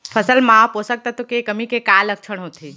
फसल मा पोसक तत्व के कमी के का लक्षण होथे?